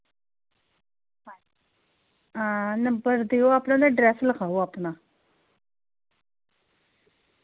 हां नंबर देओ अपना ते एड्रेस लखाओ अपना